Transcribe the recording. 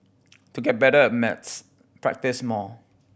to get better at maths practise more